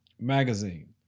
Magazine